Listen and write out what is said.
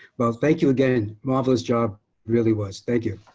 well thank you again marvelous job really was. thank you.